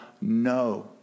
no